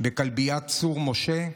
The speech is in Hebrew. בכלביית צור משה.